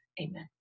Amen